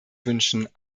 wünschen